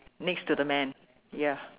next to the man ya